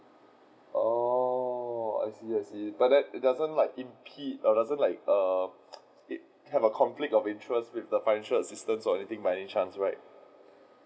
oh I see I see but that doesn't like impede or doesn't like err it have a conflict of interest with the financial assistance or anything by any chance right